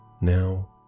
now